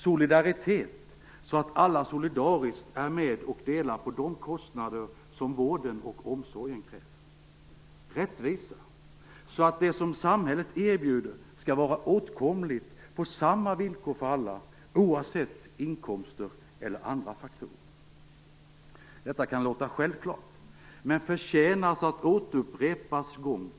Solidaritet - så att alla solidariskt är med och delar på de kostnader som vården och omsorgen kräver. Rättvisa - så att det som samhället erbjuder är åtkomligt på samma villkor för alla, oavsett inkomster eller andra faktorer. Detta kan låta självklart men förtjänar att upprepas gång på gång.